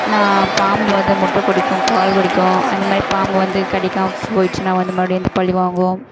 நான் பாம்பு வந்து முட்டை குடிக்கும் பால் குடிக்கும் அந்த மாதிரி பாம்பு வந்து கடிக்காமல் போயிடுச்சுனா வந்து மறுபடியும் வந்து பழி வாங்கும்